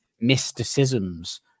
mysticisms